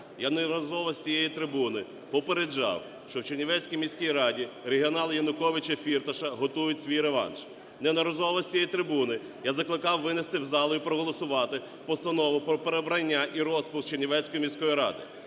Я неодноразово з цієї трибуни попереджав, що в Чернівецькій міський раді регіонали Януковича, Фірташа готують свій реванш. Неодноразово з цієї трибуни я закликав винести в зал і проголосувати постанову про переобрання і розпуск Чернівецької міської ради.